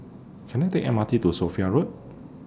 Can I Take M R T to Sophia Road